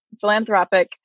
philanthropic